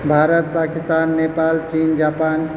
भारत पाकिस्तान नेपाल चीन जापान